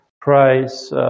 price